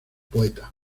poeta